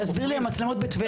תסביר לי את המצלמות בטבריה.